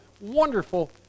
wonderful